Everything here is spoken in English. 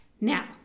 Now